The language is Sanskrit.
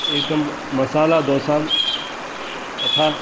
एकं मसालादोसां तथा